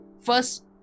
First